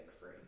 free